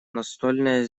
настольное